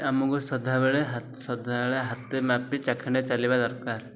ଆମକୁ ସଦାବେଳେ ସଦାବେଳେ ହାତେ ମାପି ଚାଖଣ୍ଡେ ଚାଲିବା ଦରକାର